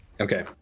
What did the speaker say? okay